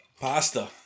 Pasta